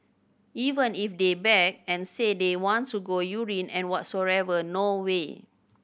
even if they beg and say they want to go urine and whatsoever no way